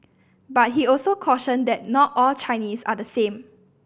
but he also cautioned that not all Chinese are the same